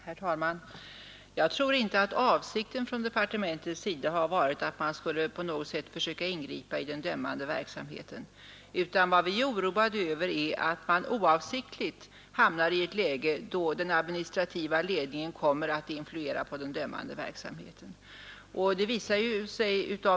Herr talman! Jag tror inte att avsikten från departementets sida har varit att på något sätt försöka ingripa i den dömande verksamheten. Vad vi är oroade över är att man oavsiktligt hamnar i ett läge där den administrativa ledningen kommer att inverka på den dömande verksamheten.